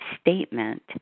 statement